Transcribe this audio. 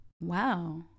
Wow